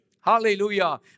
Hallelujah